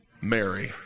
Mary